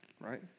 Right